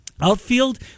Outfield